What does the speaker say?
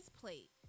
plate